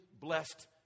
blessed